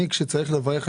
כשצריך לברך,